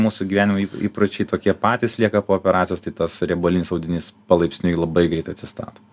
mūsų gyvenimo į įpročiai tokie patys lieka po operacijos tai tas riebalinis audinys palaipsniui labai greitai atsistato